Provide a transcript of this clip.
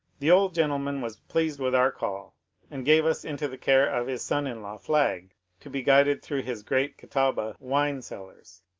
the old gentleman was pleased with our call and gave us into the care of his son in-law flagg to be guided through his great catawba wine cellars.